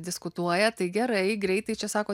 diskutuoja tai gerai greitai čia sako